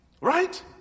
Right